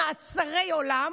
מעצרי עולם,